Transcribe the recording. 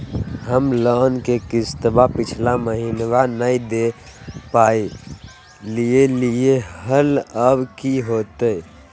हम लोन के किस्तवा पिछला महिनवा नई दे दे पई लिए लिए हल, अब की होतई?